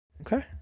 okay